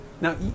Now